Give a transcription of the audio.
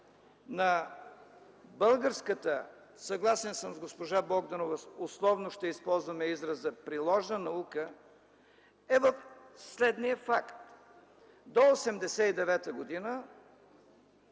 на българската – съгласен съм с госпожа Богданова, условно ще използваме израза „приложна наука”, е в следния факт. До 1989 г.,